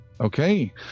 Okay